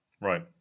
Right